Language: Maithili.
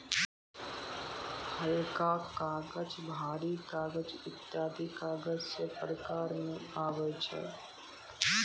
हलका कागज, भारी कागज ईत्यादी कागज रो प्रकार मे आबै छै